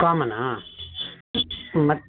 common ಹಾಂ ಮತ್